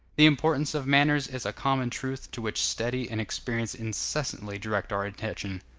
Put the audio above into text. the importance of manners is a common truth to which study and experience incessantly direct our attention.